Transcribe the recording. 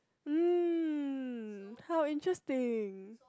mm how interesting